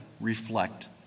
reflect